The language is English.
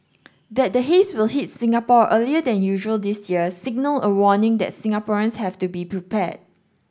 that the haze will hit Singapore earlier than usual this year signalled a warning that Singaporeans have to be prepared